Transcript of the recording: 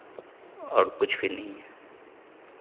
और कुछ भी नहीं है